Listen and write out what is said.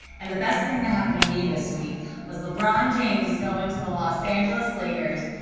and the best thing that happened to me this week was lebron james, who's going to the los angeles lakers.